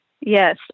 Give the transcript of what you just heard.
yes